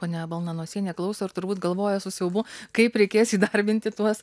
ponia balnanosienė klauso ir turbūt galvoja su siaubu kaip reikės įdarbinti tuos